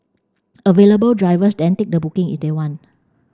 available drivers then take the booking if they want